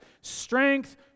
Strength